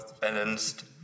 balanced